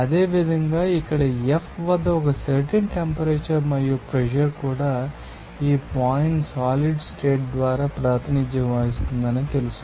అదేవిధంగా ఇక్కడ F వద్ద ఒక సర్టెన్ టెంపరేచర్ మరియు ప్రెషర్ కూడా ఈ పాయింట్స్ సాలిడ్ స్టేట్ ద్వారా ప్రాతినిధ్యం వహిస్తుందని మీకు తెలుసు